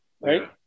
right